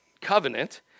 covenant